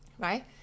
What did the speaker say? Right